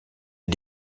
est